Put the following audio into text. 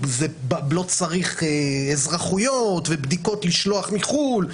לא צריך אזרחויות ובדיקות לשלוח מחו"ל,